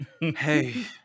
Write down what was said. Hey